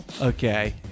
Okay